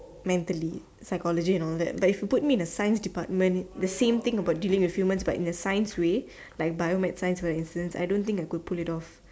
mentally psychological and all that but if you put me in the science department the same thing about dealing with humans but in a science way like in Bio med Sci where instance I don't think I could pull it off